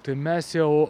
tai mes jau